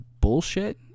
bullshit